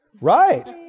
right